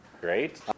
great